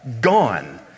gone